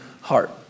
heart